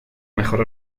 mejor